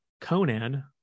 Conan